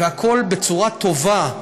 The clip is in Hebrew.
והכול בצורה טובה,